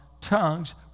tongues